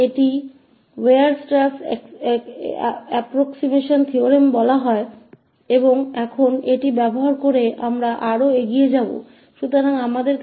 तो इसे वीयरस्ट्रैस सन्निकटन प्रमेय कहा जाता है और अब इसका उपयोग करके हम आगे बढ़ेंगे